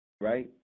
right